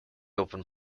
open